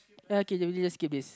ya okay then we the we just skip this